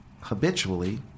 habitually